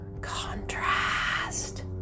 Contrast